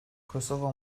kosova